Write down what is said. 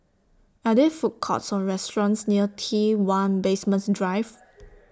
Are There Food Courts Or restaurants near T one Basement Drive